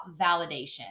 validation